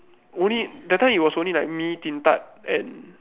only that time it was only like me Din-Tat and